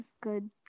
good